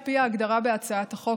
על פי ההגדרה בהצעת החוק,